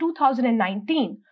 2019